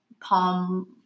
palm